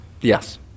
yes